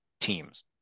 teams